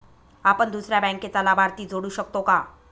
आपण दुसऱ्या बँकेचा लाभार्थी जोडू शकतो का?